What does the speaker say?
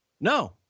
No